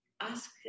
ask